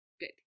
Good